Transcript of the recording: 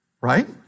right